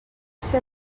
ser